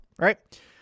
right